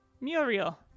Muriel